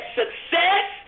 success